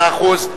מאה אחוז.